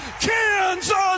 Kansas